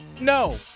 no